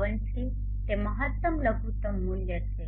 52 છે જે મહત્તમ લઘુત્તમ મૂલ્ય છે